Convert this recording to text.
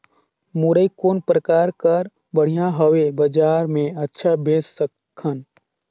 मुरई कौन प्रकार कर बढ़िया हवय? बजार मे अच्छा बेच सकन